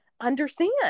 understand